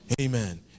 Amen